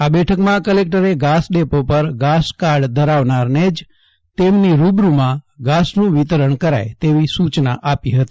આ બેઠકમાં કલેક્ટરે ધાસડેપી પર ધાસકાર્ડ ધરાવનારને જ તેમની રૂબરૂમાં ધાસનું વિતરણ કરાય તેવી સુયના આપી હતી